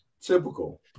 typical